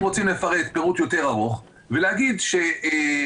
אם רוצים לפרט פירוט יותר ארוך ולהגיד שהסדרת